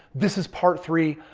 this is part three.